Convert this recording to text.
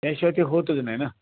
त्या शिवाय ते होतंच नाही ना